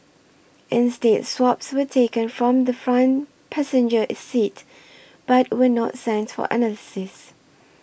instead swabs were taken from the front passenger seat but were not sent for analysis